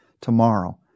tomorrow